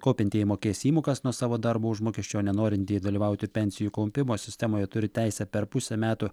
kaupiantieji mokės įmokas nuo savo darbo užmokesčio o nenorintieji dalyvauti pensijų kaupimo sistemoje turi teisę per pusę metų